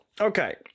okay